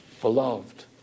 Beloved